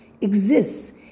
exists